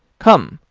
come!